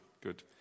good